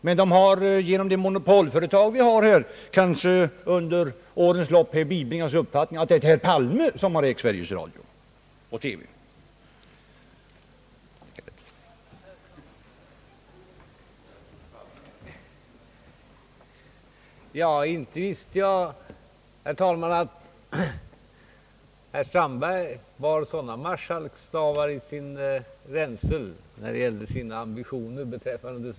Men genom det monopolföretag som vi har, har man under årens lopp bibringats den uppfattningen att det är herr Palme som äger Sveriges Radio och TV.